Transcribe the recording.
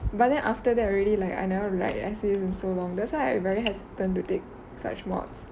but then after that I already like I never write essays in so long that's why I very hesitant to take such modes